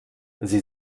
sie